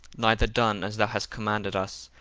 neither done as thou hast commanded us,